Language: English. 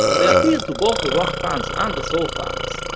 they appealed to both the rock fans and the soul fans,